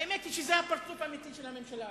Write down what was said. האמת היא שזה הפרצוף האמיתי של הממשלה,